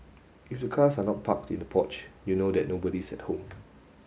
if the cars are not parked in the porch you know that nobody's at home